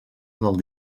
del